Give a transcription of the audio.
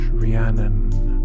Rhiannon